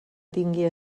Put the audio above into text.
tingui